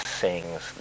sings